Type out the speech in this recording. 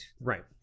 Right